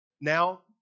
now